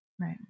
Right